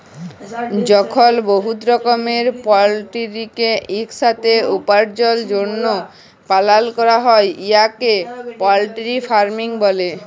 যখল বহুত রকমের পলটিরিকে ইকসাথে উপার্জলের জ্যনহে পালল ক্যরা হ্যয় উয়াকে পলটিরি ফার্মিং ব্যলে